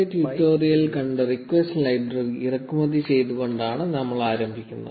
0821 മുമ്പത്തെ ട്യൂട്ടോറിയലിൽ കണ്ട റിക്വസ്റ്റ് ലൈബ്രറി ഇറക്കുമതി ചെയ്തുകൊണ്ടാണ് നമ്മൾ ആരംഭിക്കുന്നത്